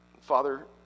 father